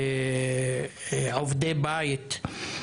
עובדי בית.